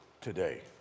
today